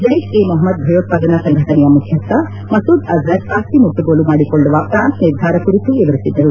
ಜೈಷ್ ಎ ಮೊಹಮ್ನದ್ ಭಯೋತ್ವಾದನಾ ಸಂಘಟನೆಯ ಮುಖ್ನಸ್ನ ಮಸೂದ್ ಅಜರ್ ಆಸ್ತಿ ಮುಟ್ಟುಗೋಲು ಮಾಡಿಕೊಳ್ಳುವ ಪ್ರಾನ್ಸ್ ನಿರ್ಧಾರ ಕುರಿತು ವಿವರಿಸಿದರು